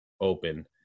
open